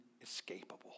inescapable